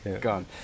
gone